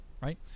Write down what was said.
right